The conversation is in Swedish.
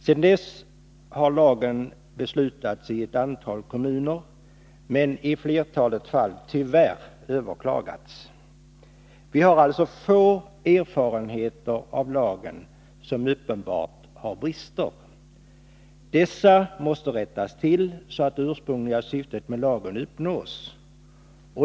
Sedan dess har ett antal kommuner fattat beslut om att tillämpa lagen, men i flertalet fall har det beslutet tyvärr överklagats. Vi har alltså få erfarenheter av lagen, som uppenbarligen har brister. Dessa måste rättas till, så att det ursprungliga syftet med lagen uppnås.